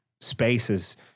spaces